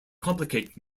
complicate